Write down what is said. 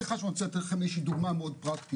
סליחה שאני רוצה לתת לכם איזה שהיא דוגמה מאוד פרקטית.